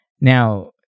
Now